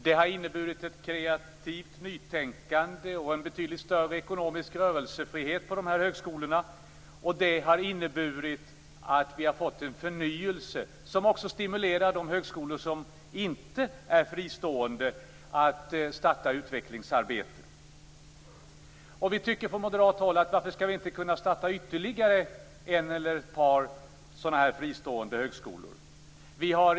Detta har inneburit ett kreativt nytänkande och en betydligt större ekonomisk rörelsefrihet på de här högskolorna. Därmed har vi fått en förnyelse som också stimulerar de högskolor som inte är fristående att starta utvecklingsarbete. Från moderat håll undrar vi varför vi inte skall kunna starta ytterligare en eller ett par sådana här fristående högskolor.